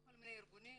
כל מיני ארגונים